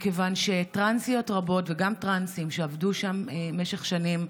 מכיוון שטרנסיות רבות וגם טרנסים שעבדו שם במשך שנים,